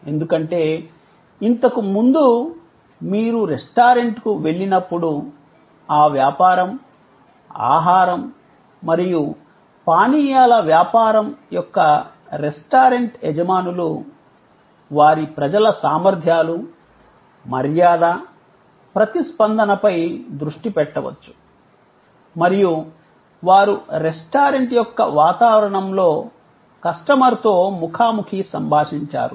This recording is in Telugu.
ఎందుకంటే ఇంతకు ముందు మీరు రెస్టారెంట్కు వెళ్ళినప్పుడు ఆ వ్యాపారం ఆహారం మరియు పానీయాల వ్యాపారం యొక్క రెస్టారెంట్ యజమానులు వారి ప్రజల సామర్థ్యాలు మర్యాద ప్రతిస్పందనపై దృష్టి పెట్టవచ్చు మరియు వారు రెస్టారెంట్ యొక్క వాతావరణంలో కస్టమర్తో ముఖాముఖి సంభాషించారు